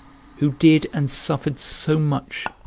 who did and suffered so much,